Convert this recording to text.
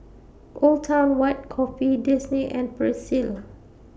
Old Town White Coffee Disney and Persil